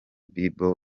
bible